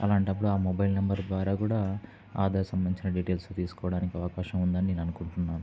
అలాంటప్పుడు ఆ mobile number ద్వారా కూడా ఆధార్ సంబధించిన డిటెయిల్స్ తీసుకోవడానికి అవకాశం ఉందని నేనుకుంటున్నాను